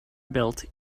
built